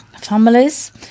Families